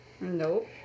Nope